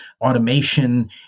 automation